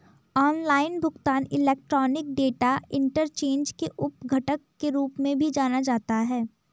online भुगतान electronic data interchange के उप घटक के रूप में भी जाना जाता है